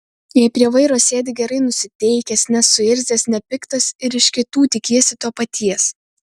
jei prie vairo sėdi gerai nusiteikęs nesuirzęs nepiktas ir iš kitų tikiesi to paties